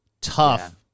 tough